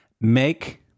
make